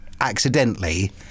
accidentally